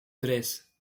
tres